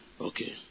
Okay